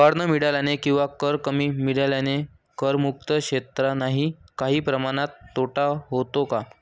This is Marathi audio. कर न मिळाल्याने किंवा कर कमी मिळाल्याने करमुक्त क्षेत्रांनाही काही प्रमाणात तोटा होतो का?